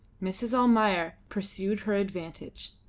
mrs. almayer pursued her advantage.